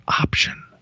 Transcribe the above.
option